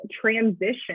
transition